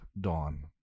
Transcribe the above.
Dawn